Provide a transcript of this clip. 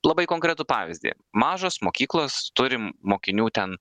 labai konkretų pavyzdį mažos mokyklos turim mokinių ten